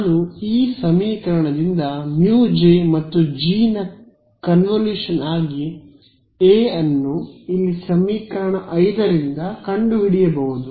ನಾನು ಈ ಸಮೀಕರಣದಿಂದ μJ ಮತ್ತು G ನ ಕನ್ವಿಲೇಶನ್ ಆಗಿ A ಅನ್ನು ಇಲ್ಲಿ 5 ಸಮೀಕರಣದಿಂದ ಕಂಡುಹಿಡಿಯಬಹುದು